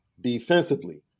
defensively